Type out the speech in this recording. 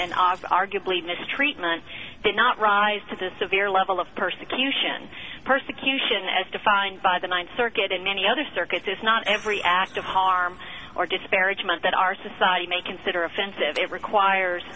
and arguably mistreatment did not rise to the severe level of persecution persecution as defined by the ninth circuit and many other circuits is not every act of harm or disparagement that our society may consider offensive it requires